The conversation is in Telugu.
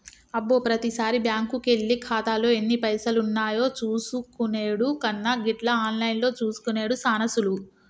అబ్బో ప్రతిసారి బ్యాంకుకెళ్లి ఖాతాలో ఎన్ని పైసలున్నాయో చూసుకునెడు కన్నా గిట్ల ఆన్లైన్లో చూసుకునెడు సాన సులువు